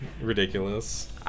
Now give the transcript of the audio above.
Ridiculous